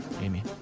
Amy